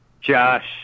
Josh